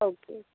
okay okay